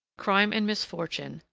crime and misfortune,